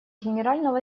генерального